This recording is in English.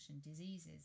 diseases